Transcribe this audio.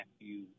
Matthew